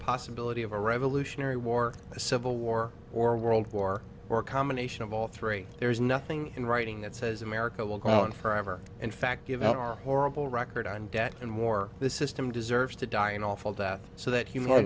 possibility of a revolutionary war a civil war or world war or a combination of all three there is nothing in writing that says america will go on forever in fact given our horrible record on debt and more the system deserves to die an awful death so that hum